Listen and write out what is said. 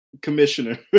commissioner